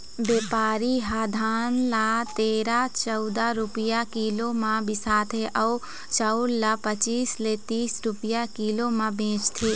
बेपारी ह धान ल तेरा, चउदा रूपिया किलो म बिसाथे अउ चउर ल पचीस ले तीस रूपिया किलो म बेचथे